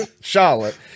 Charlotte